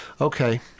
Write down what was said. Okay